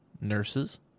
nurses